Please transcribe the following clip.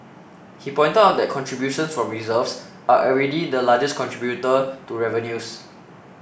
he pointed out that contributions from reserves are already the largest contributor to revenues